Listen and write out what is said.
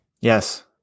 Yes